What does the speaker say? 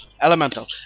Elemental